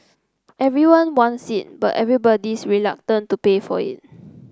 everyone wants it but everybody's reluctant to pay for it